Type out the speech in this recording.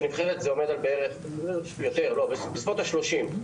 בסביבות ה-30,